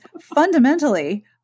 fundamentally